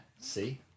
See